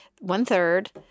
one-third